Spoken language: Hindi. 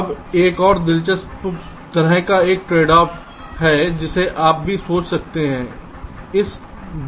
अब एक और दिलचस्प तरह का एक ट्रेडऑफ है जिसे आप भी सोच सकते हैं